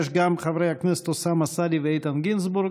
יש גם את חברי הכנסת אוסאמה סעדי ואיתן גינזבורג,